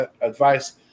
advice